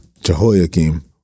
Jehoiakim